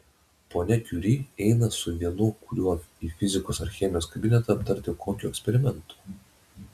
ponia kiuri eina su vienu kuriuo į fizikos ar chemijos kabinetą aptarti kokio eksperimento